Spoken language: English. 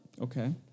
Okay